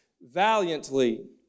valiantly